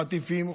חטיפים,